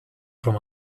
from